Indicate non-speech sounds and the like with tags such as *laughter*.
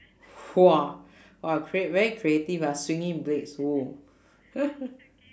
*noise* !wah! !wah! create very creative ah swinging blades !whoa! *laughs*